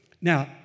Now